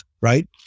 Right